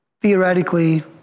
theoretically